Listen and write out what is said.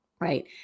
right